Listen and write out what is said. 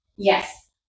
Yes